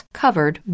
covered